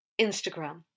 Instagram